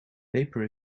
paper